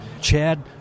chad